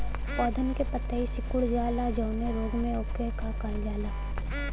पौधन के पतयी सीकुड़ जाला जवने रोग में वोके का कहल जाला?